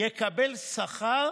הוא יקבל שכר.